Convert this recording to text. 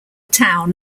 town